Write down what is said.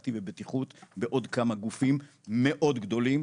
עסקתי בבטיחות בעוד כמה גופים מאוד גדולים,